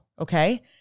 Okay